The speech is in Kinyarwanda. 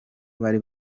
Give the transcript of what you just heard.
bari